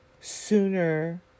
sooner